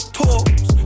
talks